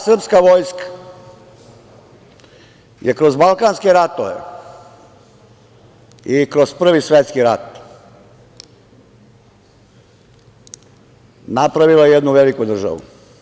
Srpska vojska je kroz balkanske ratove i kroz Prvi svetski rat napravila jednu veliku državu.